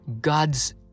God's